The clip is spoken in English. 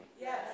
Yes